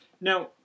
Now